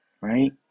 Right